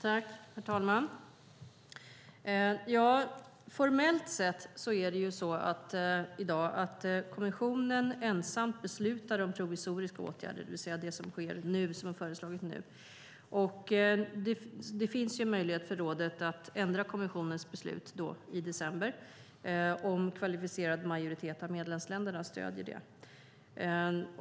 Herr talman! Formellt är det i dag så att kommissionen ensam beslutar om provisoriska åtgärder, det vill säga det som nu sker, som nu är föreslaget. Det finns möjlighet för rådet att ändra kommissionens beslut i december om en kvalificerad majoritet av medlemsländerna stöder det.